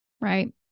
right